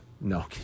No